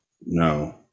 No